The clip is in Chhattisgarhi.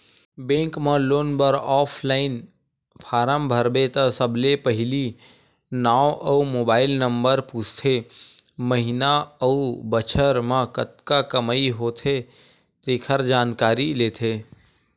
बेंक म लोन बर ऑनलाईन फारम भरबे त सबले पहिली नांव अउ मोबाईल नंबर पूछथे, महिना अउ बछर म कतका कमई होथे तेखर जानकारी लेथे